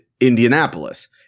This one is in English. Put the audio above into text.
Indianapolis